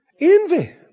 Envy